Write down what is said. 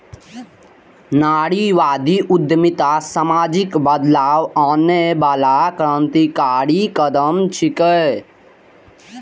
नारीवादी उद्यमिता सामाजिक बदलाव आनै बला क्रांतिकारी कदम छियै